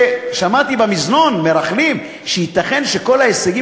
שמעתי במזנון מרכלים שייתכן שכל ההישגים